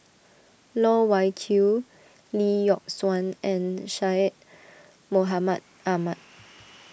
Loh Wai Kiew Lee Yock Suan and Syed Mohamed Ahmed